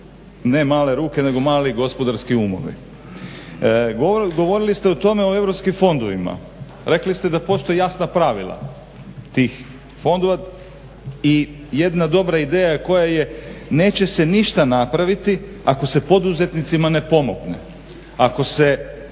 ne male ruke nego mali gospodarski umovi. Govorili ste o tome o europskim fondovima. Rekli ste da postoje jasna pravila tih fondova i jedna dobra ideja koja je neće se ništa napraviti ako se poduzetnicima ne pomogne, ako se